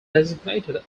designated